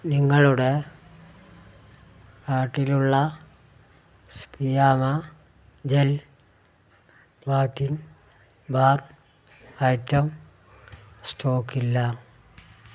നിങ്ങളുടെ കാർട്ടിലുള്ള Fiama gel bathing bar item stock ഇല്ല